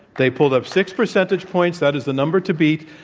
they pulled up six percentage points. that is the number to beat.